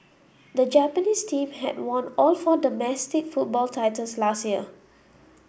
the Japanese team had won all four domestic football titles last year